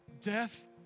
death